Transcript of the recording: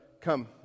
come